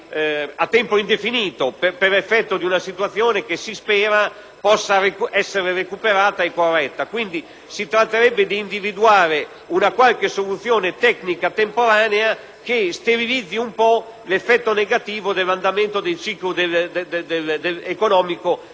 a tempo indefinito per effetto di una situazione che si spera possa essere recuperata e corretta. Si tratta quindi di individuare una qualche soluzione tecnica temporanea che sterilizzi almeno in parte l'effetto negativo dell'andamento del ciclo economico di